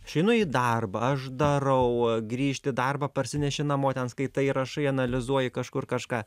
aš einu į darbą aš darau grįžti į darbą parsineši namo ten skaitai rašai analizuoji kažkur kažką